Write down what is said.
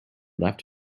left